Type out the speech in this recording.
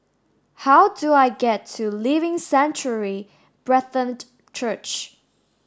how do I get to Living Sanctuary Brethren the Church